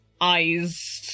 eyes